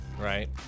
right